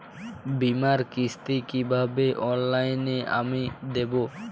বীমার কিস্তি কিভাবে অনলাইনে আমি দেবো?